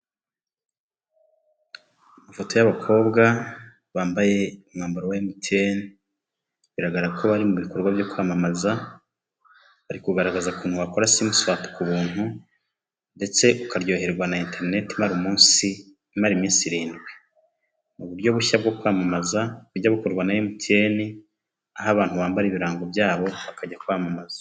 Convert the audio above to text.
Ifoto y'abakobwa bambaye umwambaro we emutiyene bigaragara ko bari mu bikorwa byo kwamamaza, bari kugaragaza ukuntu wakora simuswapu ku buntu ndetse ukaryoherwa na interinete imara umunsi, imara iminsi irindwi mu buryo bushya bwo kwamamaza bujya bukorwa na emutiyene aho abantu bambara ibirango byabo bakajya kwamamaza.